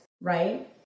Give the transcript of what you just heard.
right